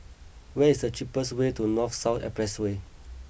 what is the cheapest way to North South Expressway